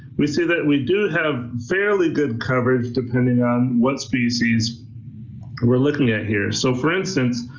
we see that we do have fairly good coverage depending on what species we're looking at here. so for instance,